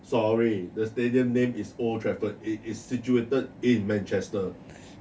sorry the stadium name is old trafford it is situated in manchester